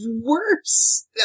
worse